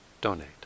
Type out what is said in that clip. donate